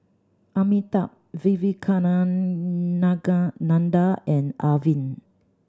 Amitabh and Arvind